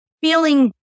feeling